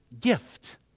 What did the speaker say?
gift